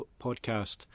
podcast